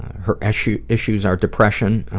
her issues issues are depression,